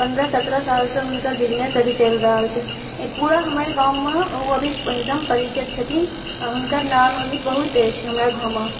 पनरह सतरह सालसँ हुनकर बिजनेस अभी चलि रहल छनि एहि पूरा हमर गाममे ओ अभी एकदम परिचित छथिन आओर हुनकर नाम अभी बहुत अछि हमरा गाममे